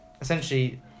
essentially